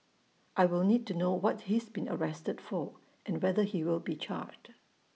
I will need to know what he's been arrested for and whether he will be charged